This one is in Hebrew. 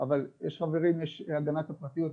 אבל יש את חוק הגנת הפרטיות,